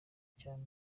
cyane